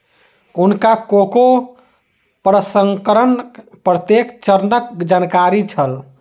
हुनका कोको प्रसंस्करणक प्रत्येक चरणक जानकारी छल